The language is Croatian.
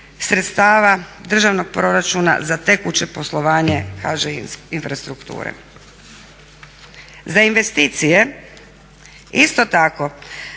sredstava državnog proračuna za tekuće poslovanje HŽ-Infrastrukture. Za investicije isto tako